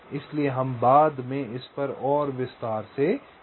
इसलिए हम बाद में इस पर और विस्तार से चर्चा करेंगे